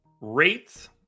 Rates